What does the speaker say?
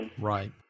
Right